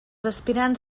aspirants